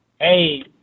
hey